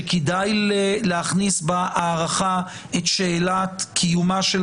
שכדאי להכניס בהארכה את שאלת קיומה של